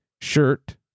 shirt